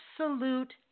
absolute